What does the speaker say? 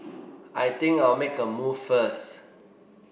I think I'll make a move first